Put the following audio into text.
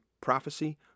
Prophecy